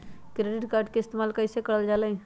Credit card के इस्तेमाल कईसे करल जा लई?